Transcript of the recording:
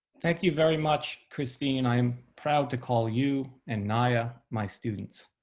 thank you very much, christine. i'm proud to call you and nya my students.